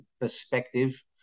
perspective